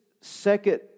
second